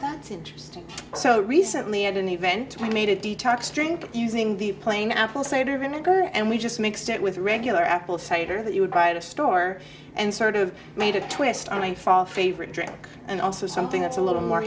that's interesting so recently at an event i made a detox drink using the plain apple cider vinegar and we just mixed it with regular apple cider that you would try to store and sort of made a twist on a fall favorite drink and also something that's a little more